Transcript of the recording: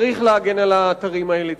צריך להגן על האתרים האלה,